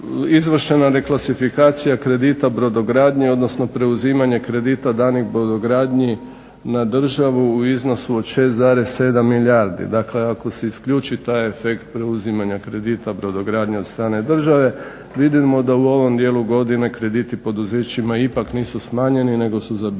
izvršena reklasifikacija kredita brodogradnje, odnosno preuzimanje kredita danih brodogradnji na državu u iznosu od 6,7 milijardi. Dakle, ako se isključi taj efekt preuzimanja kredita brodogradnje od strane države vidimo da u ovom dijelu godine krediti poduzećima ipak nisu smanjeni nego su zabilježili